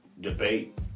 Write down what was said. debate